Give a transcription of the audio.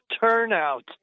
turnout